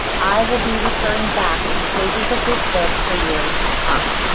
i will be referring back to the pages of this book for years to come